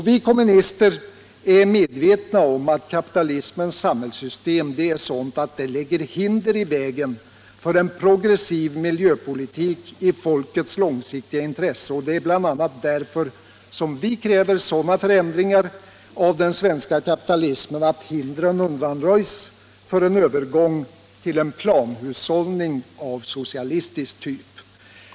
Vi kommunister är medvetna om att kapitalismens samhällssystem är sådant att det lägger hinder i vägen för en progressiv miljöpolitik i folkets långsiktiga intresse och det är bl.a. därför som vi kräver sådana förändringar av den svenska kapitalismen att hindren undanröjs för en övergång till en planhushållning av socialistisk typ.